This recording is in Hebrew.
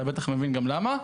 אתה בטח מבין גם למה.